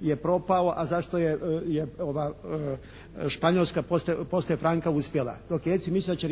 je propao, a zašto je ova Španjolska poslije Franka uspjela? Dok je Jeljcin mislio da će